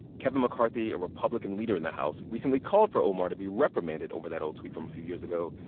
kevin mccarthy, a republican leader in the house, recently called for omar to be reprimanded over that old tweet from a few years ago.